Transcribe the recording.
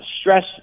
stress